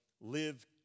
live